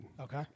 Okay